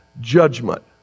Judgment